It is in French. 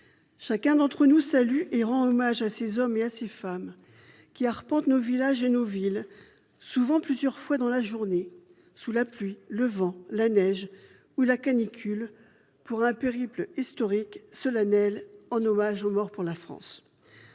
Chacun d'entre nous salue ces hommes, ces femmes qui arpentent les rues de nos villages et de nos villes, souvent plusieurs fois dans la journée, sous la pluie, le vent, la neige ou la canicule pour un périple historique, solennel, en hommage aux morts pour la France.